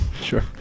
sure